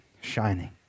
shining